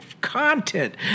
content